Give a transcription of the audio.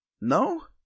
No